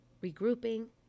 regrouping